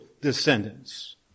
descendants